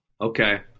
Okay